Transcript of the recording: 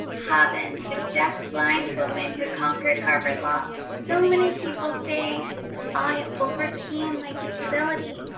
habben, the deaf-blind woman who conquered harvard law. so many people say i overcame my disability,